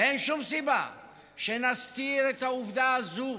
אין שום סיבה שנסתיר את העובדה הזאת